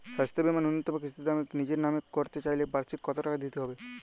স্বাস্থ্য বীমার ন্যুনতম কিস্তিতে আমি নিজের নামে করতে চাইলে বার্ষিক কত টাকা দিতে হবে?